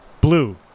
Blue